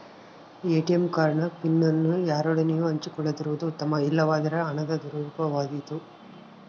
ATM card ನ PIN ಅನ್ನು ಯಾರೊಡನೆಯೂ ಹಂಚಿಕೊಳ್ಳದಿರುವುದು ಉತ್ತಮ, ಇಲ್ಲವಾದರೆ ಹಣದ ದುರುಪಯೋಗವಾದೀತು